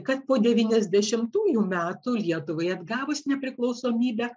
kad po devyniasdešimtųjų metų lietuvai atgavus nepriklausomybę